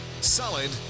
Solid